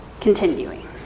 Continuing